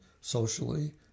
socially